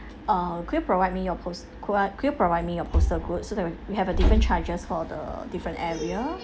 uh could you provide me your post uh could you provide me your postal code so that we have a different charges for the different area